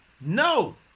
No